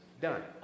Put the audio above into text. done